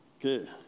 Okay